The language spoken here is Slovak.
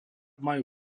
majú